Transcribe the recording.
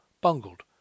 bungled